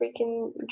freaking